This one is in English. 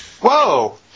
Whoa